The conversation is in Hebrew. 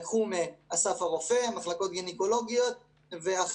לקחו ממחלקות גינקולוגיות באסף הרופא,